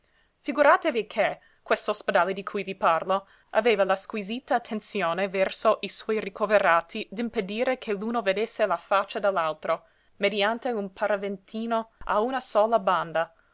figuratevi che quest'ospedale di cui vi parlo aveva la squisita attenzione verso i suoi ricoverati d'impedire che l'uno vedesse la faccia dell'altro mediante un paraventino a una sola banda